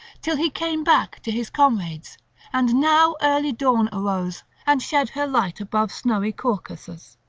till he came back to his comrades and now early dawn arose and shed her light above snowy caucasus.